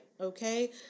okay